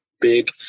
big